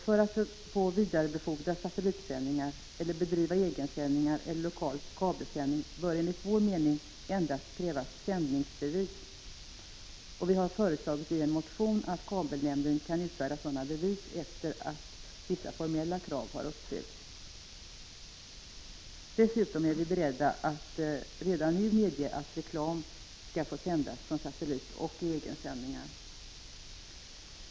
För att man skall få vidarebefordra satellitsändning, bedriva egensändning eller lokal kabelsändning bör enligt vår mening endast sändningsbevis krävas. Vi har i en motion föreslagit att kabelnämnden kan utfärda sådana bevis efter att vissa formella krav har uppfyllts. Dessutom är vi beredda att redan nu medge att reklam skall få sändas från satellit och i egensändningar.